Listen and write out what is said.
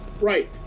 Right